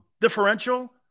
differential